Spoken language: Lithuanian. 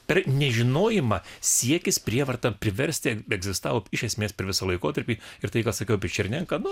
per nežinojimą siekis prievarta priversti egzistavo iš esmės per visą laikotarpį ir tai ką sakiau apie černenką nu